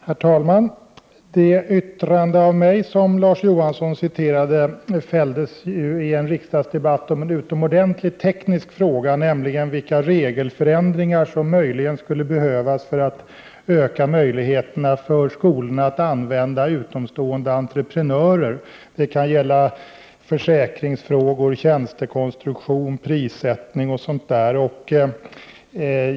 Herr talman! Det yttrande av mig som Larz Johansson citerade fälldes i en riksdagsdebatt om en utomordentligt teknisk fråga, nämligen vilka regelförändringar som eventuellt skulle behövas för att öka möjligheterna för skolorna att använda utomstående entreprenörer. Det kan gälla försäkringsfrågor, tjänstekonstruktion, prissättning osv.